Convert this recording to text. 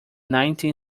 nineteen